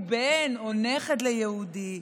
האם הוא בן או נכד ליהודי.